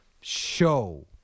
show